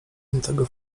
tamtego